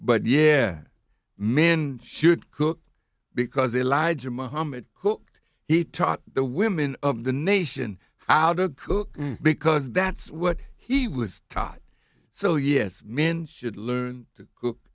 but yeah men should cook because they lied to mohamed cooked he taught the women of the nation how did cooking because that's what he was taught so yes men should learn to cook